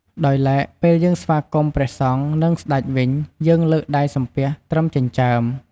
ដោយឡែកពេលយើងស្វាគមន៍ព្រះសង្ឃ និងស្តេចវិញ យើងលើកដៃសំពះត្រឹមចិញ្ចើម។